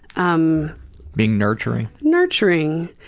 um being nurturing. nurturing!